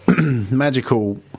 magical